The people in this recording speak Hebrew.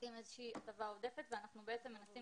נותנים איזושהי הטבה עודפת ואנחנו בעצם מנסים